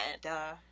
Duh